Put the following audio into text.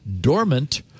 dormant